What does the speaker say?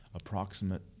approximate